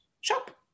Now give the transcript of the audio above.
shop